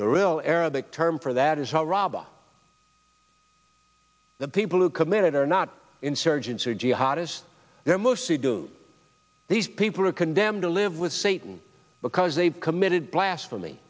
the real arabic term for that is how to rob the people who committed are not insurgents or jihad as they're mostly do these people are condemned to live with satan because they've committed blasphemy